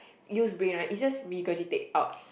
use brain one is just regurgitate out